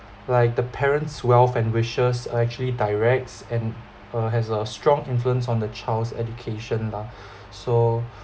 like the parents' wealth and wishes actually directs and uh has a strong influence on the child's education lah so